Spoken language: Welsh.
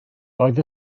roedd